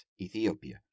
Ethiopia